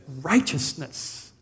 Righteousness